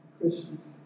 Christians